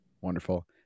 Wonderful